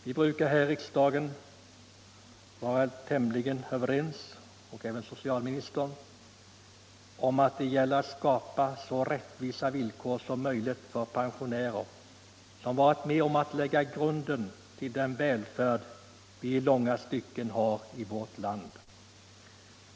Vi brukar här i riksdagen vara tämligen överens om att det gäller att skapa så rättvisa villkor som möjligt för pensionärerna, som varit med om att lägga grunden till den välfärd vi har i vårt land.